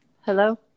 Hello